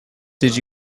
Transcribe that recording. did